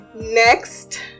next